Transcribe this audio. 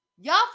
Y'all